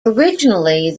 originally